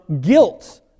guilt